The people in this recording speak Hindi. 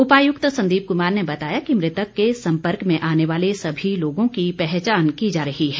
उपायुक्त संदीप कुमार ने बताया कि मृतक के सम्पर्क में आने वाले सभी लोगों की पहचान की जा रही है